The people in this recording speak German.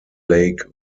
lake